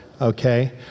Okay